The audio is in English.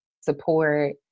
support